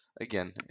again